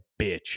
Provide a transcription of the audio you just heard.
bitch